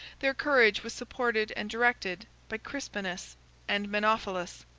their courage was supported and directed by crispinus and menophilus,